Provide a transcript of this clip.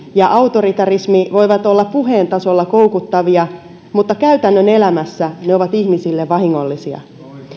ja autoritarismi voivat olla puheen tasolla koukuttavia mutta käytännön elämässä ne ovat ihmisille vahingollisia